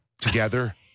together